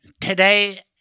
Today